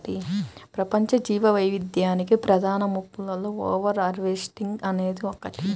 ప్రపంచ జీవవైవిధ్యానికి ప్రధాన ముప్పులలో ఓవర్ హార్వెస్టింగ్ అనేది ఒకటి